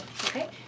Okay